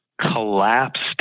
collapsed